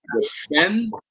defend